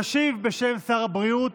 תשיב, בשם שר הבריאות,